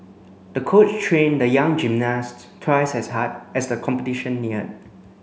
the coach trained the young gymnast twice as hard as the competition neared